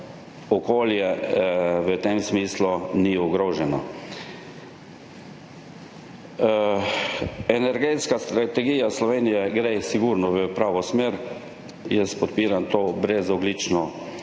v tem smislu ni ogroženo. Energetska strategija Slovenije gre sigurno v pravo smer. Jaz podpiram ta prehod na